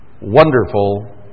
Wonderful